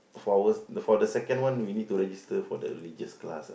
four hours for the second we need to register for the religious class ah